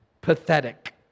Pathetic